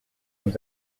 nous